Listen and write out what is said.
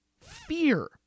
Fear